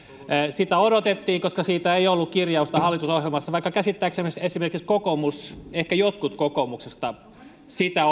sitä odotettiin koska siitä ei ollut kirjausta hallitusohjelmassa vaikka käsittääkseni esimerkiksi kokoomus ehkä jotkut kokoomuksesta sitä